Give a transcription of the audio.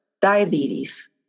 diabetes